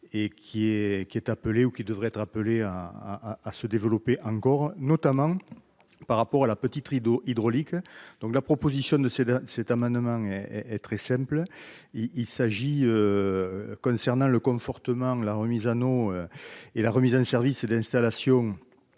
est qui est appelé ou qui devrait être appelée à à se développer encore, notamment par rapport à la petite rideaux hydraulique, donc la proposition de céder cet amendement elle est très simple : il s'agit, concernant le confortement la remise anneaux et la remise en service et d'installations